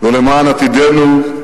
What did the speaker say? מה אתנו?